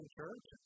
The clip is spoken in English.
church